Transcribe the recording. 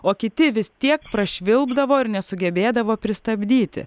o kiti vis tiek prašvilpdavo ir nesugebėdavo pristabdyti